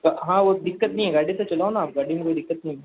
है वो दिक्कत नहीं है गाड़ी ते चलाओ न आप गाड़ी में कोई दिक्कत नहीं है